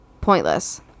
pointless